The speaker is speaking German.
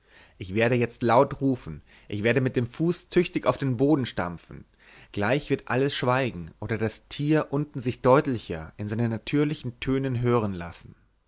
ich werde jetzt laut rufen ich werde mit dem fuß tüchtig auf den boden stampfen gleich wird alles schweigen oder das tier unten sich deutlicher in seinen natürlichen tönen hören lassen